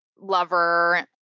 lover